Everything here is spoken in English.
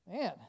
man